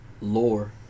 lore